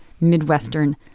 Midwestern